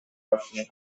russian